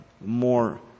more